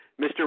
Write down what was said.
Mr